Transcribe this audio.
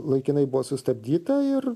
laikinai buvo sustabdyta ir